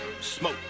Smoke